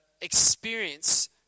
experience